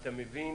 אתה מבין